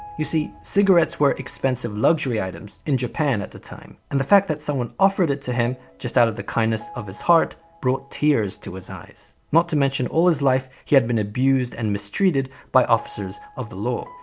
you see, cigarettes were expensive luxury items in japan at the time. and the fact that someone offered it to him just out of the kindness of his heart brought tears to his eyes. not to mention all his life he had been abused and mistreated by officers of the law,